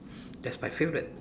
that's my favorite